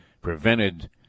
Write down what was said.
prevented